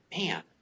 man